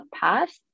passed